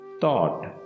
Thought